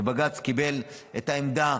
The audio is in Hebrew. בג"ץ קיבלו את העמדה,